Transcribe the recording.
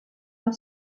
han